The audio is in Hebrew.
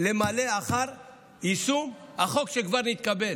למלא אחר יישום החוק שכבר נתקבל.